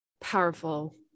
powerful